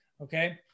Okay